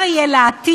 שאפשר יהיה להטיל,